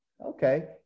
Okay